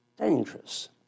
dangerous